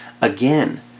again